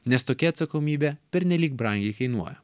nes tokia atsakomybė pernelyg brangiai kainuoja